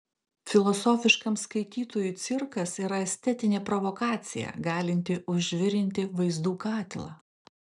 filosofiškam skaitytojui cirkas yra estetinė provokacija galinti užvirinti vaizdų katilą